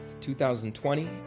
2020